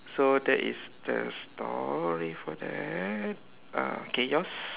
so that is the story for that ah okay yours